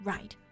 Right